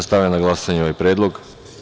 Stavljam na glasanje ovaj predlog.